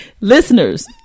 Listeners